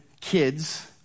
kids